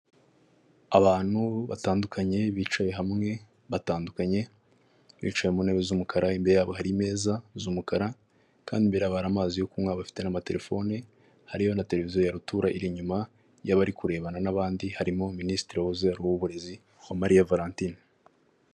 Abantu batandukanye bicaye hamwe batandukanye bicaye mu ntebe z'umukara imbere yabo hari imeza z'umukara kandi birabara amazi yo kunkuywa bafite n'amatelefoni hariyo na televiziyo ya rutura iri inyuma y'abari kurebana n'abandi harimo minisitiri wahoze ari uw'uburezi uwamariya valentine.